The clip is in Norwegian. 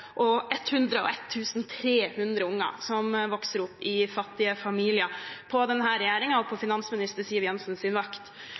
101 300 unger som vokser opp i fattige familier på denne regjeringen og